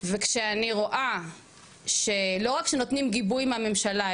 וכשאני רואה שלא רק שנותנים גיבוי מהממשלה,